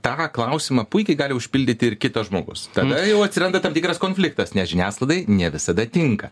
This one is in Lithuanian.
tą klausimą puikiai gali užpildyti ir kitas žmogus tada jau atsiranda tam tikras konfliktas nes žiniasklaidai ne visada tinka